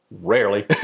Rarely